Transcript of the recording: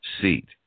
seat